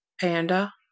Panda